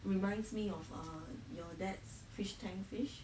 reminds me of ah your dads fish tank fish